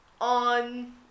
on